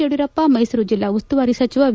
ಯಡಿಯೂರಪ್ಪ ಮೈಸೂರು ಜಿಲ್ಲಾ ಉಸ್ತುವಾಲಿ ಸಚಿವ ವಿ